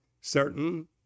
certain